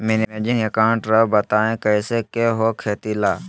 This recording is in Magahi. मैनेजिंग अकाउंट राव बताएं कैसे के हो खेती ला?